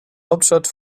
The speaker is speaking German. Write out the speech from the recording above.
hauptstadt